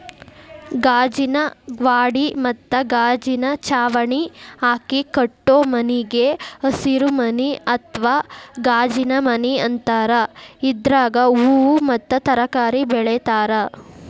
ಗಾಜಿನ ಗ್ವಾಡಿ ಮತ್ತ ಗಾಜಿನ ಚಾವಣಿ ಹಾಕಿ ಕಟ್ಟೋ ಮನಿಗೆ ಹಸಿರುಮನಿ ಅತ್ವಾ ಗಾಜಿನಮನಿ ಅಂತಾರ, ಇದ್ರಾಗ ಹೂವು ಮತ್ತ ತರಕಾರಿ ಬೆಳೇತಾರ